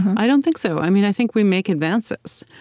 i don't think so. i mean i think we make advances.